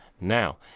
Now